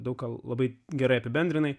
daug ką labai gerai apibendrinai